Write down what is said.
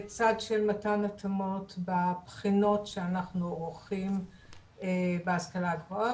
ובצד של מתן התאמות בבחינות שאנחנו עורכים בהשכלה הגבוהה,